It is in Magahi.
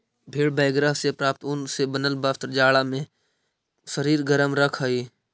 भेड़ बगैरह से प्राप्त ऊन से बनल वस्त्र जाड़ा में शरीर गरम रखऽ हई